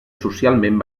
socialment